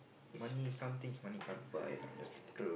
money some things money can't buy lah that's the thing